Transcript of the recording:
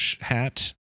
hat